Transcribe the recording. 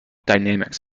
dynamics